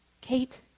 Kate